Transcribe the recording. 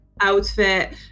outfit